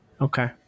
Okay